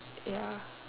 ya